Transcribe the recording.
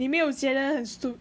你没有觉得很 stupid